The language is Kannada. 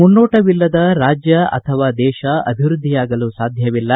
ಮುನ್ನೋಟವಿಲ್ಲದ ರಾಜ್ಯ ಅಥವಾ ದೇಶ ಅಭಿವೃದ್ದಿಯಾಗಲು ಸಾಧ್ಯವಿಲ್ಲ